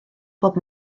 pob